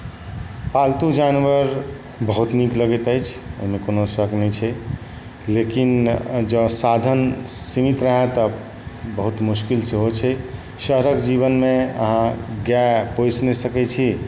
पालतू जानवर बहुत नीक लगैत अछि ओहिमे कोनो शक नहि छै लेकिन जँ साधन सीमित रहै तऽ बहुत मोसकिल सेहो छै शहरके जीवनमे अहाँ गाइ पोसि नहि सकै छी